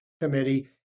Committee